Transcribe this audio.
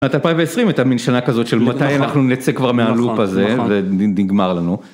שנת 2020 הייתה מין שנה כזאת של מתי אנחנו נצא כבר מהלופ הזה ונגמר לנו.